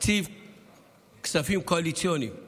כספים קואליציוניים